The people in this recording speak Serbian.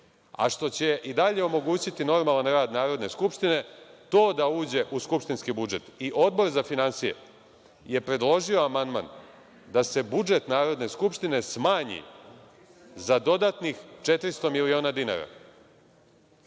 a što će i dalje omogućiti normalan rad Narodne skupštine, to da uđe u skupštinski budžet i Odbor za finansije je predložio amandman da se budžet Narodne skupštine smanji za dodatnih 400 miliona dinara.